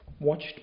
watched